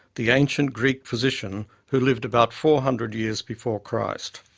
the ancient greek physician who lived about four hundred years before christ.